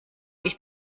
ich